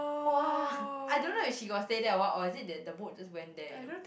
!wah! I don't know if she got stay there or what or is it that the boat just went there you know